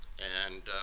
and